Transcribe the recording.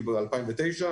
ב-2009,